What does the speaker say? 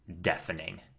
deafening